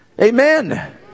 amen